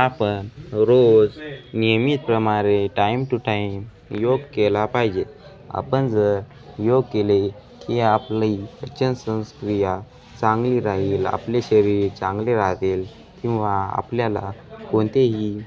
आपण रोज नियमित प्रमाणे टाईम टू टाईम योग केला पाहिजे आपण जर योग केले की आपली पचन संस्क्रिया चांगली राहील आपले शरीर चांगले राहतील किंवा आपल्याला कोणतेही